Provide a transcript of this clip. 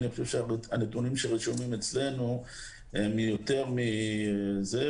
אני חושב שהנתונים שרשומים אצלנו הם יותר גבוהים.